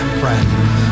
friends